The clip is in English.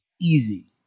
easy